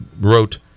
wrote